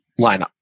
lineup